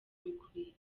bikwiriye